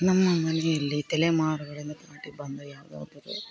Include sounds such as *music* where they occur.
ನಮ್ಮ ಮನೆಯಲ್ಲಿ ತಲೆಮಾರುಗಳನ್ನು ದಾಟಿ ಬಂದ ಯಾವುದೋ *unintelligible*